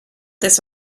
this